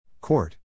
Court